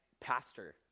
Pastor